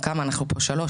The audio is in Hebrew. כמה אנחנו פה, שלוש?